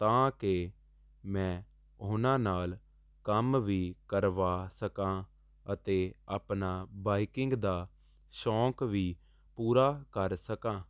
ਤਾਂ ਕਿ ਮੈਂ ਉਹਨਾਂ ਨਾਲ ਕੰਮ ਵੀ ਕਰਵਾ ਸਕਾਂ ਅਤੇ ਆਪਨਾ ਬਾਈਕਿੰਗ ਦਾ ਸ਼ੌਂਕ ਵੀ ਪੂਰਾ ਕਰ ਸਕਾਂ